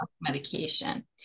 medication